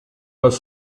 pas